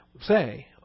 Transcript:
say